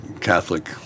Catholic